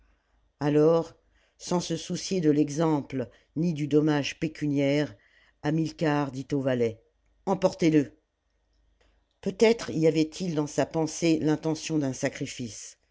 alors sans se soucier de l'exemple ni du dommage pécuniaire hamilcar dit aux valets emportez le peut-être y avait-il dans sa pensée l'intention d'un sacrifice